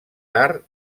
tard